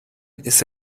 ist